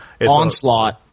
Onslaught